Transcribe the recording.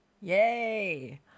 Yay